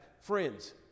friends